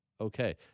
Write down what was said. Okay